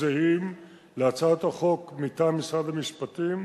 זהים להצעת החוק מטעם משרד המשפטים,